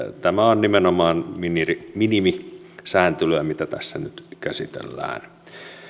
tämä on nimenomaan minimisääntelyä mitä tässä nyt käsitellään